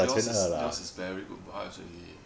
yours is yours is very good price already